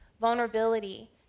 vulnerability